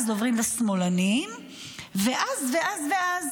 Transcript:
אז עוברים לשמאלנים ואז ואז ואז.